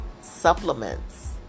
supplements